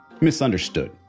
misunderstood